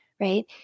right